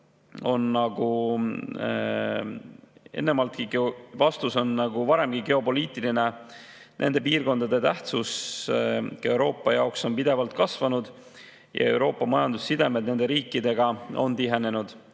tegeleda, siis vastus on nagu varemgi geopoliitiline: nende piirkondade tähtsus Euroopa jaoks on pidevalt kasvanud ja Euroopa majandussidemed nende riikidega on tihenenud.